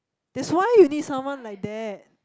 that's why you need someone like that